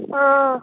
ओ